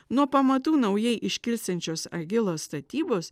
nuo pamatų naujai iškilsiančios agilos statybos